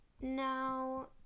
now